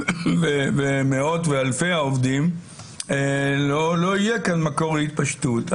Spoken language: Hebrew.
ומאות ואלפי העובדים לא יהיה כמקור התפשטות.